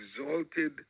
exalted